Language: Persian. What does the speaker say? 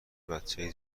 بچه